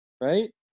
Right